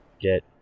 get